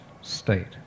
state